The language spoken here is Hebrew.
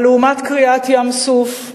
אבל לעומת קריעת ים-סוף,